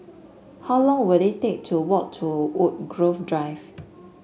how long will it take to walk to Woodgrove Drive